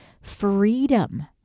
freedom